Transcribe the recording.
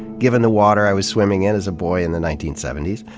given the water i was swimming in as a boy in the nineteen seventy s.